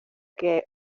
que